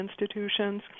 institutions